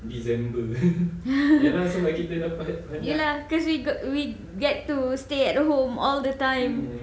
ya lah cause we got we get to stay at home all the time